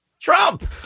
Trump